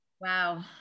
Wow